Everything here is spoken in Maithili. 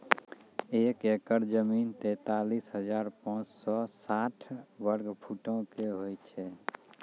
एक एकड़ जमीन, तैंतालीस हजार पांच सौ साठ वर्ग फुटो के होय छै